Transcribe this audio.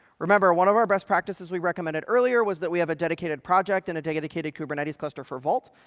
remember, one of our best practices we recommended earlier was that we have a dedicated project and a dedicated kubernetes cluster for vault.